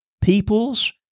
peoples